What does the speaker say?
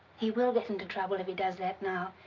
he will get into trouble if he does that now.